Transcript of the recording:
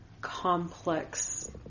complex